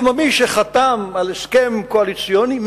כמו מי שחתם על הסכם קואליציוני,